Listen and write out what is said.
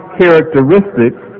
characteristics